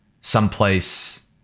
someplace